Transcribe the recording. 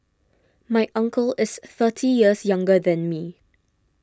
my uncle is thirty years younger than me